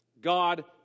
God